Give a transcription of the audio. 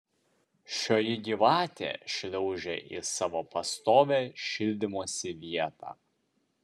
šioji gyvatė šliaužė į savo pastovią šildymosi vietą